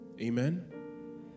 Amen